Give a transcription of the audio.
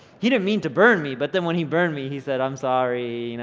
he didn't mean to burn me, but then when he burned me, he said i'm sorry, you know,